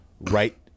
right